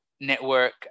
network